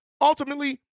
ultimately